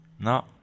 No